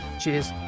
Cheers